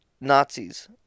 Nazis